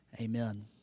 Amen